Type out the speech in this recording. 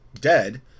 dead